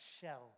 shell